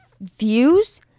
views